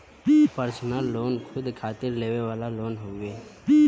personal loan खुद खातिर लेवे वाला लोन हउवे